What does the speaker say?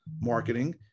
marketing